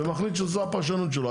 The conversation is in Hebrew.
ומחליט שזו הפרשנות שלו.